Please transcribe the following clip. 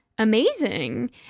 amazing